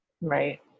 Right